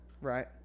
right